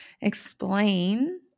explain